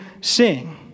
sing